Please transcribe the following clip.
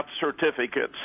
certificates